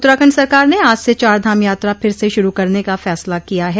उत्तराखंड सरकार ने आज से चारधाम यात्रा फिर से शूरू करने का फैसला किया है